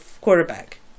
quarterback